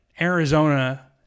Arizona